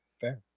Fair